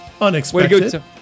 Unexpected